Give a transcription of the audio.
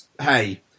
hey